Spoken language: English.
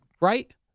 Right